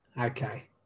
Okay